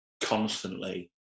constantly